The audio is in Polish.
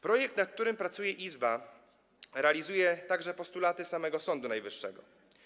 Projekt, nad którym pracuje Izba, realizuje także postulaty samego Sądu Najwyższego.